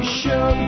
show